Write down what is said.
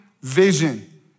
vision